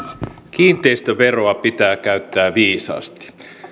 kiinteistöveroa pitää käyttää viisaasti